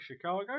Chicago